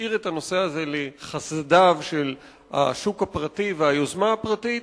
ונשאיר את הנושא הזה לחסדיו של השוק הפרטי והיוזמה הפרטית,